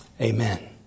amen